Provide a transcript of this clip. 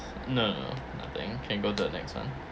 no no no nothing can go to the next [one]